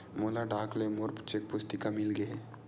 मोला डाक ले मोर चेक पुस्तिका मिल गे हे